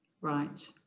Right